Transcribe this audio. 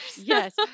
Yes